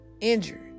injured